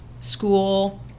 school